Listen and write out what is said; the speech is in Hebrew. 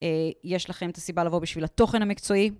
יש לכם את הסיבה לבוא בשביל התוכן המקצועי.